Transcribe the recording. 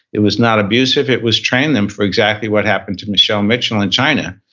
it was not abusive, it was training them for exactly what happened to michelle mitchell in china,